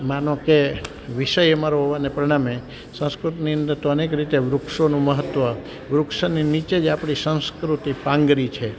માનો કે વિષય અમારો હોવાને પરિણામે સંસ્કૃતની અંદર તો અનેક રીતે વૃક્ષોનું મહત્વ વૃક્ષની નીચે જ આપણી સંસ્કૃતિ પાંગરી છે